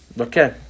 Okay